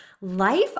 life